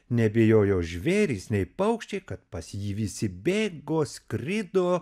nebijojo žvėrys nei paukščiai kad pas jį visi bėgo skrido